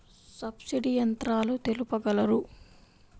Subsidy యంత్రాలు తెలుపగలరు?